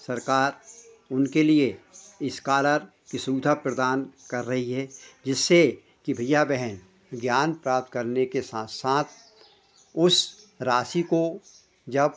सरकार उनके लिए इस्कालर की सुविधा प्रदान कर रही है जिससे कि भैया बहन ज्ञान प्राप्त करने के साथ साथ उस राशि को जब